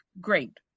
Great